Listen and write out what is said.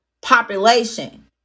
population